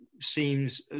seems